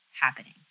happening